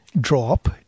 drop